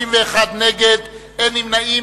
51 נגד, אין נמנעים.